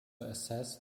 assess